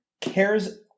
cares